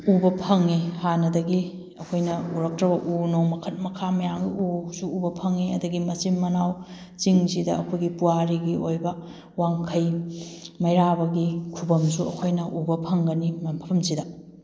ꯎꯕ ꯐꯪꯉꯤ ꯍꯥꯟꯅꯗꯒꯤ ꯑꯩꯈꯣꯏꯅ ꯎꯔꯛꯇ꯭ꯔꯕ ꯎ ꯅꯣꯡ ꯃꯈꯜ ꯃꯈꯥ ꯃꯌꯥꯝ ꯑꯃ ꯎ ꯁꯨ ꯎꯕ ꯐꯪꯉꯤ ꯑꯗꯒꯤ ꯃꯆꯤꯟ ꯃꯅꯥꯎ ꯆꯤꯡꯁꯤꯗ ꯑꯩꯈꯣꯏꯒꯤ ꯄꯨꯋꯥꯔꯤꯒꯤ ꯑꯣꯏꯕ ꯋꯥꯡꯈꯩ ꯃꯩꯔꯥꯕꯒꯤ ꯈꯨꯕꯝꯁꯨ ꯑꯩꯈꯣꯏꯅ ꯎꯕ ꯐꯪꯒꯅꯤ ꯃꯐꯝꯁꯤꯗ